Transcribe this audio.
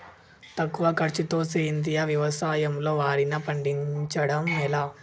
తక్కువ ఖర్చుతో సేంద్రీయ వ్యవసాయంలో వారిని పండించడం ఎలా?